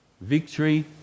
victory